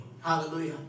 Hallelujah